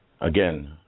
again